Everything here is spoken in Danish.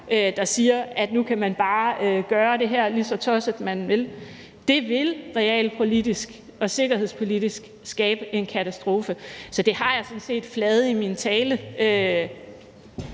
der siger, at nu kan man bare gøre det her, lige så tosset man vil. Det vil realpolitisk og sikkerhedspolitisk skabe en katastrofe. Så det har jeg sådan set flaget i min tale,